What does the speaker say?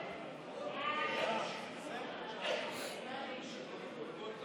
ההסתייגות (59) של קבוצת סיעת הליכוד,